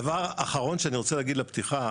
דבר אחרון שאני רוצה להגיד לפתיחה,